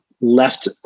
left